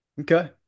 Okay